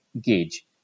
gauge